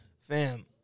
Fam